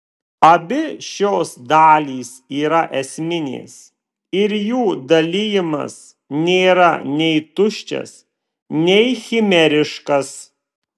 abi šios dalys yra esminės ir jų dalijimas nėra nei tuščias nei chimeriškas